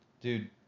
Dude